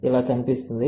ఇది ఇలా కనిపిస్తుంది